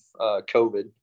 covid